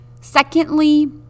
Secondly